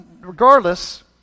regardless